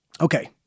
Okay